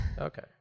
Okay